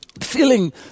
feeling